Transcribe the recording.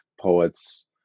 poets